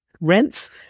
Rents